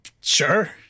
sure